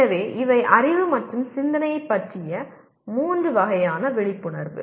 எனவே இவை அறிவு மற்றும் சிந்தனை பற்றிய மூன்று வகையான விழிப்புணர்வு